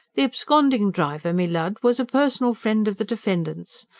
the absconding driver, me lud, was a personal friend of the defendant's.